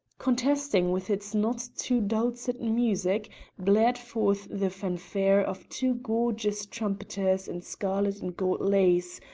contesting with its not too dulcet music blared forth the fanfare of two gorgeous trumpeters in scarlet and gold lace,